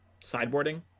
sideboarding